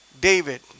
David